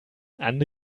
andre